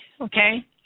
okay